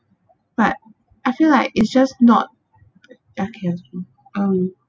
but I feel like it's just not that kills me um